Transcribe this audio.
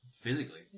Physically